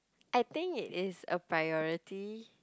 I think it is a priority